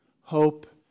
hope